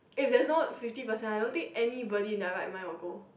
if there's no fifty percent I don't think anybody in their right mind will go